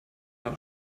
doch